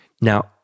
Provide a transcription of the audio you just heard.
Now